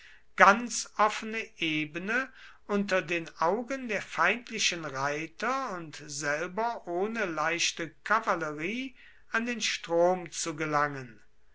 ganz offene ebene unter den augen der feindlichen reiter und selber ohne leichte kavallerie an den strom zu gelangen